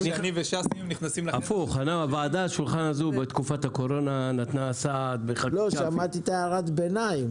בתקופת הקורונה הוועדה הזו נתנה סעד בחקיקה --- שמעתי הערת ביניים.